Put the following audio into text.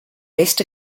best